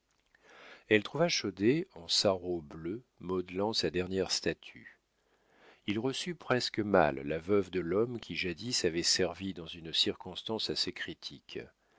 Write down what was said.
elle trouva chaudet en sarrau bleu modelant sa dernière statue il reçut presque mal la veuve de l'homme qui jadis l'avait servi dans une circonstance assez critique